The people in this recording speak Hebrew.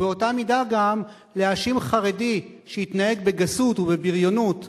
ובאותה מידה גם להאשים חרדי שהתנהג בגסות ובבריונות